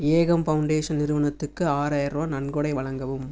ஏகம் foundation நிறுவனத்துக்கு ஆறாயிரம் ரூவா நன்கொடை வழங்கவும்